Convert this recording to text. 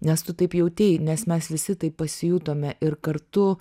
nes tu taip jautriai nes mes visi taip pasijutome ir kartu